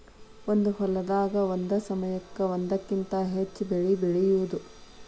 ಒಂದ ಹೊಲದಾಗ ಒಂದ ಸಮಯಕ್ಕ ಒಂದಕ್ಕಿಂತ ಹೆಚ್ಚ ಬೆಳಿ ಬೆಳಿಯುದು